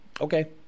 okay